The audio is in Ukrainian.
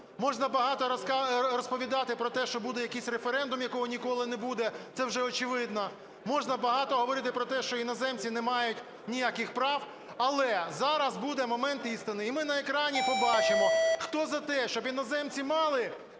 Можна багато розповідати про те, що буде якийсь референдум, якого ніколи не буде, це вже очевидно, можна багато говорити про те, що іноземці не мають ніяких прав. Але зараз буде момент істини, і ми на екрані побачимо, хто за те, щоб іноземці мали